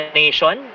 nation